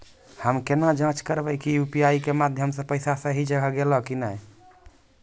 हम्मय केना जाँच करबै की यु.पी.आई के माध्यम से पैसा सही जगह गेलै की नैय?